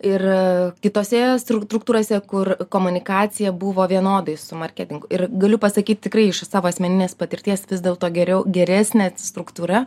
ir kitose struk struktūrose kur komunikacija buvo vienodai su marketingu ir galiu pasakyti tikrai iš savo asmeninės patirties vis dėlto geriau geresnė struktūra